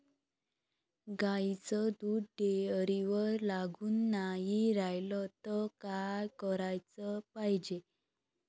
गाईचं दूध डेअरीवर लागून नाई रायलं त का कराच पायजे?